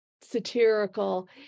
satirical